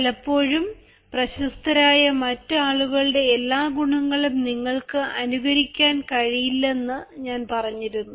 പലപ്പോഴും പ്രശസ്തരായ മറ്റ് ആളുകളുടെ എല്ലാ ഗുണങ്ങളും നിങ്ങൾക്ക് അനുകരിക്കാൻ കഴിയില്ലെന്ന് ഞാൻ പറഞ്ഞിരുന്നു